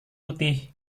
putih